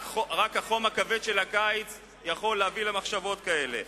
רק החום הכבד של הקיץ יכול להביא למחשבות כאלה.